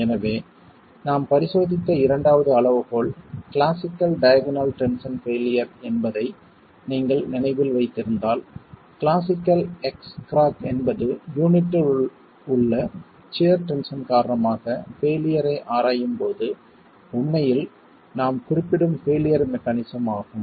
எனவே நாம் பரிசோதித்த இரண்டாவது அளவுகோல் கிளாசிக்கல் டயகனல் டென்ஷன் பெயிலியர் என்பதை நீங்கள் நினைவில் வைத்திருந்தால் கிளாசிக்கல் எக்ஸ் கிராக் என்பது யூனிட்டில் உள்ள சியர் டென்ஷன் காரணமாக பெயிலியர் ஐ ஆராயும்போது உண்மையில் நாம் குறிப்பிடும் பெயிலியர் மெக்கானிஸம் ஆகும்